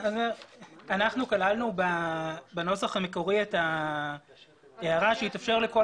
אנחנו כללנו בנוסח המקורי את ההערה שיתאפשר לכל